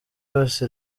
yose